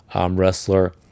wrestler